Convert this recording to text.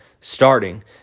starting